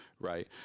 Right